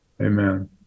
amen